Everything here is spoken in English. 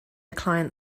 client